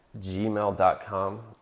gmail.com